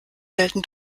selten